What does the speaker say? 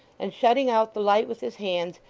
and shutting out the light with his hands,